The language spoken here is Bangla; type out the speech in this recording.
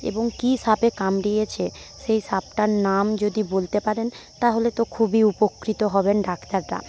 এবং কি সাপে কামড়েছে সেই সাপটার নাম যদি বলতে পারেন তাহলে তো খুবই উপকৃত হবেন ডাক্তাররা